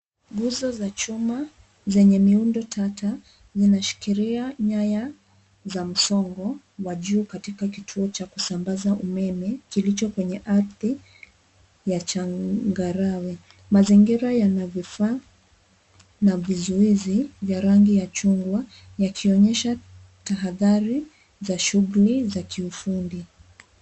Nguzo za chuma zenye miundo tata, zinashikilia nyaya za msongo wa juu katika kituo cha kusambaza umeme kilicho kwenye ardhi ya changarawe. Mazingira yana vifaa na vizuizi vya rangi ya chungwa yakionyesha tahadhari za shughuli za kiufundi.